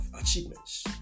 achievements